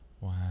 Wow